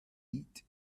eat